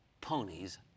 ponies